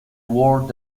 world